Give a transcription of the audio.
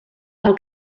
pel